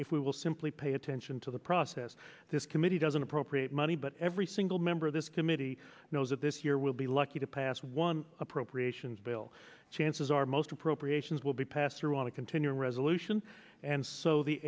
we will simply pay attention to the process this committee doesn't appropriate money but every single member of this committee knows that this year we'll be lucky to pass one appropriations bill chances are most appropriations will be passed through on a continuing resolution and so the